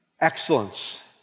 excellence